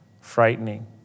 frightening